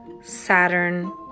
Saturn